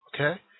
Okay